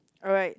alright